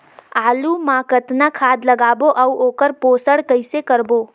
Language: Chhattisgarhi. आलू मा कतना खाद लगाबो अउ ओकर पोषण कइसे करबो?